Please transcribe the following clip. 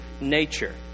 nature